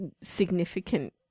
significant